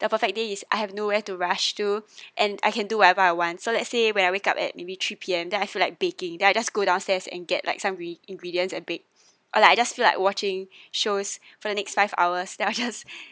the perfect day is I have nowhere to rush to and I can do whatever I want so let's say when I wake up at maybe three P_M then I feel like baking then I just go downstairs and get like some ingre~ ingredients and bake or like I just feel like watching shows for the next five hour then I'll just